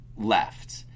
left